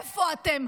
איפה אתם?